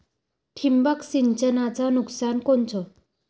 ठिबक सिंचनचं नुकसान कोनचं?